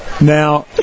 Now